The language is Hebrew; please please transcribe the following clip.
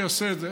שיעשה את זה,